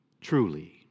truly